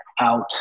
out